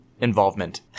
involvement